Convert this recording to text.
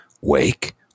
wake